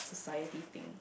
society thing